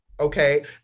Okay